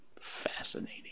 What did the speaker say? fascinating